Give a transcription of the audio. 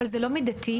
זה לא מידתי,